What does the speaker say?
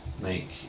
make